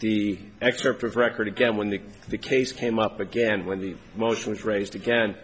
the excerpt of record again when the the case came up again when the motion was raised again